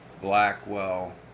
Blackwell